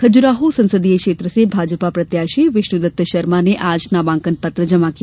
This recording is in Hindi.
खजुराहो संसदीय क्षेत्र से भाजपा प्रत्याशी विष्णु दत्त शर्मा ने आज नामांकन पत्र जमा किया